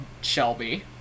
Shelby